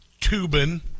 Tubin